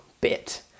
bit